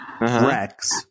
Rex